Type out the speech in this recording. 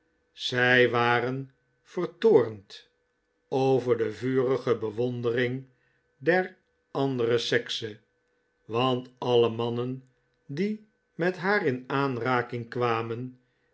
zij waren vertoornd over de vurige bewondering der andere sekse want alle mannen die met haar in aanraking kwamen